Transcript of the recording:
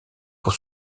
pour